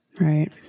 Right